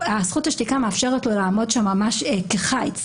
השתיקה מאפשרת לו לעמוד שם ממש כחיץ,